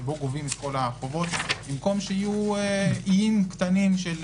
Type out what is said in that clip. שבו גובים את כל החובות במקום שיהיו איים קטנים של